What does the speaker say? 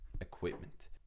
equipment